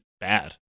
bad